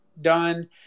done